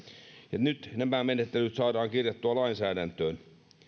ja nyt nämä menettelyt saadaan kirjattua lainsäädäntöön